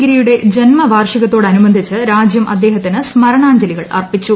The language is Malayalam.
ഗിരിയുടെ ജന്മവാർഷികത്തോടനുബന്ധിച്ച് രാജ്യം അദ്ദേഹത്തിന് സ്മരണാഞ്ജലികൾ അർപ്പിച്ചു